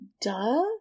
duh